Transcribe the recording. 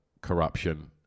corruption